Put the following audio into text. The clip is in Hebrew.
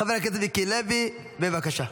חבר הכנסת מיקי לוי, בבקשה.